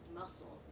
muscle